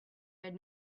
had